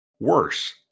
worse